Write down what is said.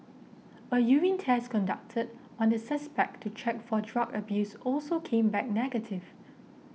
a urine test conducted on the suspect to check for drug abuse also came back negative